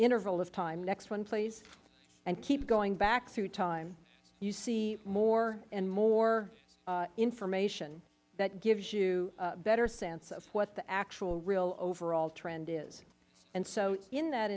interval of time next one please and keep going back through time you see more and more information that gives you a better sense of what the actual real overall trend is and so in that